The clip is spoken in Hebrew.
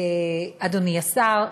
אדוני השר,